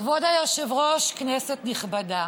כבוד היושב-ראש, כנסת נכבדה,